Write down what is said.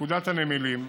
פקודת הנמלים ,